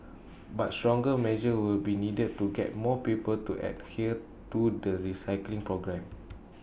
but stronger measures will be needed to get more people to adhere to the recycling program